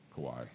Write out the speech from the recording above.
Kawhi